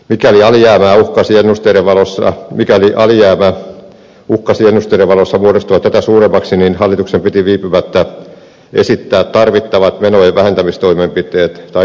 mikäli alijäämä uhkasi ennusteiden valossa mikäli alle jäävät ulkoseinät itävallassa muodostua tätä suuremmaksi hallituksen piti viipymättä esittää tarvittavat menojen vähentämistoimenpiteet tai muut tarvittavat toimenpiteet